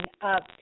up